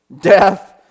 death